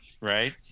Right